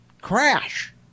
crash